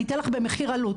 אני אתן לך במחיר עלות,